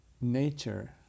nature